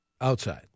Outside